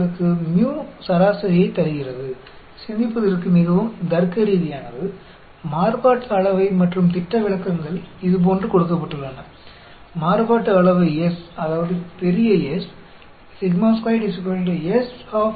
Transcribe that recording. इसलिए hypergeometric distribution अवधारणा पर आधारित है जो कि जनसंख्या के आकार की तुलना में सैंपल आकार बहुत छोटा नहीं है या जनसंख्या का आकार सीमित है